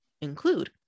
include